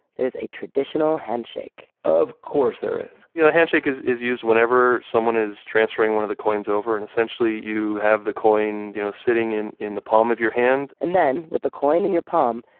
there's a traditional handshake of course, there is you know, a handshake is is used whenever someone is transferring one of the coins over and essentially you have the coin you know sitting in in the palm of your hand and then with the coin in your palm,